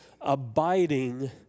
abiding